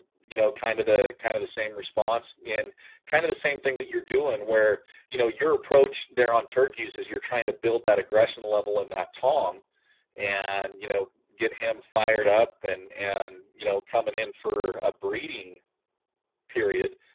you know kind of the kind of the same response and kind of the same thing that you're doing where you know your approach they're on turkeys is you're trying to build that aggression level in that tom and you know get him fired up and and you know coming in for a breeding period